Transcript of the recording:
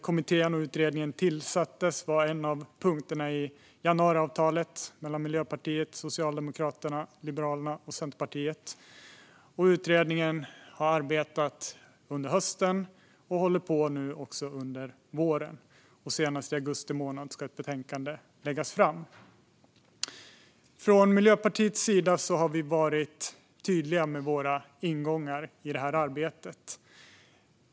Att utredningen tillsattes var en av punkterna i januariavtalet mellan Miljöpartiet, Socialdemokraterna, Liberalerna och Centerpartiet. Utredningen har arbetat under hösten och håller på också nu under våren. Senast i augusti ska ett betänkande läggas fram. Från Miljöpartiets sida har vi varit tydliga med våra ingångar i detta arbete.